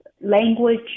language